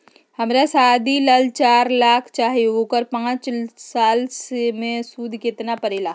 हमरा शादी ला चार लाख चाहि उकर पाँच साल मे सूद कितना परेला?